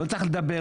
לא צריך לדבר,